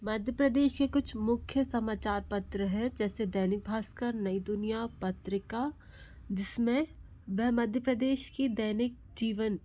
मध्य प्रदेश के कुछ मुख्य समाचार पत्र हैं जैसे दैनिक भास्कर नई दुनिया पत्रिका जिसमें वह मध्य प्रदेश की दैनिक जीवन